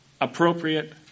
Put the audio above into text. appropriate